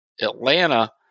Atlanta